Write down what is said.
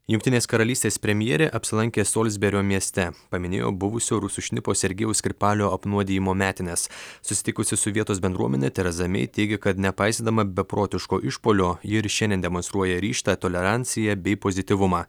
jungtinės karalystės premjerė apsilankė solsberio mieste paminėjo buvusio rusų šnipo sergėjaus skripalio apnuodijimo metines susitikusi su vietos bendruomene tereza mei teigia kad nepaisydama beprotiško išpuolio ji ir šiandien demonstruoja ryžtą toleranciją bei pozityvumą